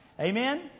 Amen